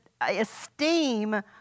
esteem